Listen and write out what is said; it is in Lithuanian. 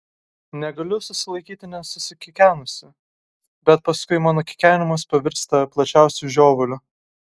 negaliu susilaikyti nesukikenusi bet paskui mano kikenimas pavirsta plačiausiu žiovuliu